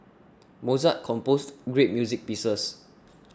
Mozart composed great music pieces